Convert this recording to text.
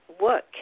work